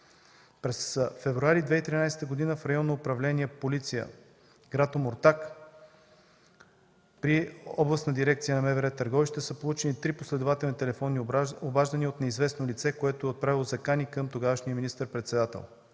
През февруари 2013 г. в Районно управление – полиция, град Омуртаг, при Областна дирекция на МВР – Търговище, са получени три последователни телефонни обаждания от неизвестно лице, което е отправило закани към тогавашния министър-председател.